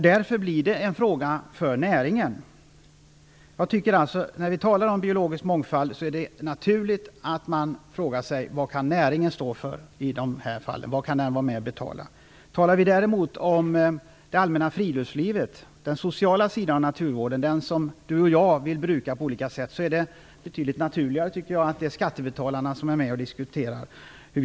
Därför blir detta en fråga för näringen. När vi talar om biologisk mångfald är det naturligt att man frågar sig: Vad kan näringen stå för? Vad kan den vara med och betala? Det allmänna friluftslivet och den sociala sidan när det gäller naturen däremot, det som du och jag vill delta i på olika sätt, är det betydligt naturligare att skattebetalarna är med och diskuterar.